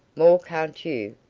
more can't you.